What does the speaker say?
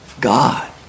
God